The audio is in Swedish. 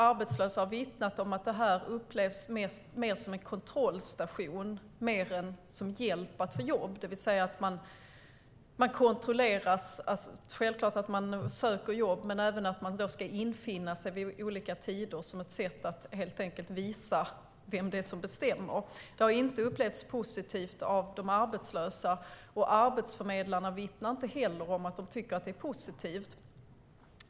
Arbetslösa har vittnat om att det mer upplevs som en kontrollstation än som hjälp att få jobb. Arbetsförmedlingen kontrollerar självklart att man söker jobb, men man ska också infinna sig vid olika tider, och det uppfattas som ett sätt att helt enkelt visa vem det är som bestämmer. Det har inte upplevts positivt av de arbetslösa, och arbetsförmedlarna vittnar inte heller om att de tycker att det är positivt.